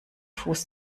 fuß